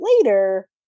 later